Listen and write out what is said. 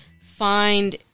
find